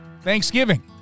Thanksgiving